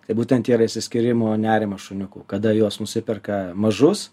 tai būtent yra išsiskyrimo nerimas šuniukų kada juos nusiperka mažus